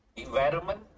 environment